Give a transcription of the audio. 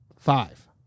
five